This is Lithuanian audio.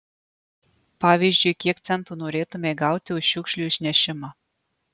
pavyzdžiui kiek centų norėtumei gauti už šiukšlių išnešimą